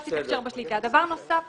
דבר נוסף אדוני.